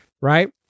right